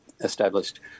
established